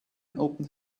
opened